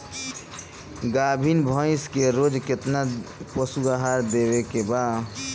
गाभीन भैंस के रोज कितना पशु आहार देवे के बा?